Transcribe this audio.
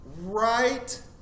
Right